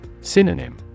Synonym